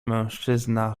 mężczyzna